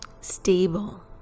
stable